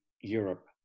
Europe